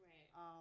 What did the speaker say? Right